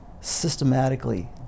systematically